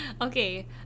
Okay